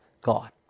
God